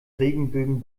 regenbögen